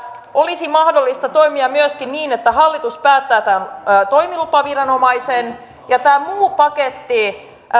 olisi mahdollista toimia myöskin niin että hallitus päättää tämän toimilupaviranomaisen ja tämä muu paketti